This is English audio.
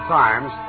times